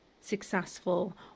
successful